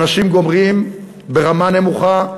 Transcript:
אנשים גומרים שם ברמה נמוכה.